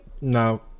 No